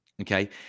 Okay